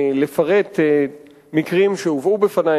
לפרט מקרים שהובאו בפני.